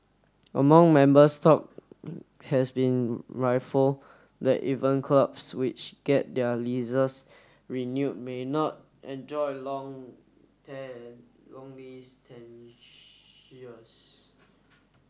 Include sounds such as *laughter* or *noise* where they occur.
among members talk has been rifle that even clubs which get their leasers renewed may not enjoy long *unintelligible* long lease *unintelligible*